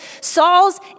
Saul's